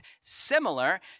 similar